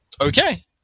Okay